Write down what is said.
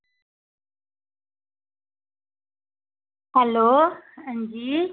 hello हां जी